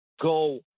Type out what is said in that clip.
go